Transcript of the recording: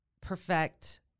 perfect